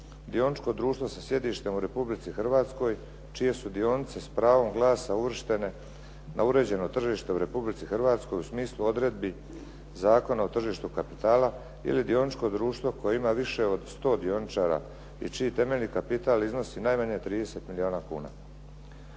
dioničko društvo sa sjedištem u Republici Hrvatskoj čije su dionice s pravom glasa uvrštene na uređeno tržište u Republici Hrvatskoj u smislu odredbi Zakona o tržištu kapitala ili dioničko društvo koje ima više od 100 dioničara i čiji temeljni kapital iznosi najmanje 30 milijuna kuna.